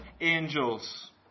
angels